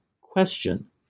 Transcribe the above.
question